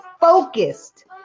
focused